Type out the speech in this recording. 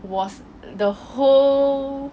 was the whole